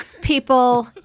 People